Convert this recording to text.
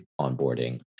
onboarding